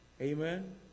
Amen